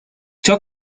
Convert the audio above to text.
ciò